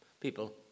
people